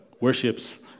worships